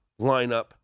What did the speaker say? lineup